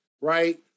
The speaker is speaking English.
right